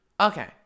Okay